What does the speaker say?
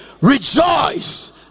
rejoice